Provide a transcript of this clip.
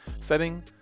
setting